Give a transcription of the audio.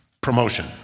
promotion